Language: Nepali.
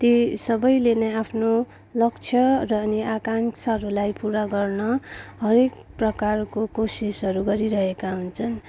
ती सबैले नै आफ्नो लक्ष्य र अनि आकाङ्क्षाहरूलाई पुरा गर्न हरेक प्रकारको कोसिसहरू गरिरहेका हुन्छन्